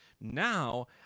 Now